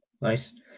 Nice